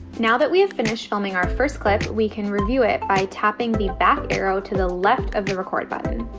now that we have finished filming our first clip. we can review it by tapping the back arrow to the left of the record button.